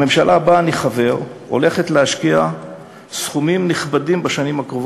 הממשלה שבה אני חבר הולכת להשקיע בשנים הקרובות